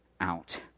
out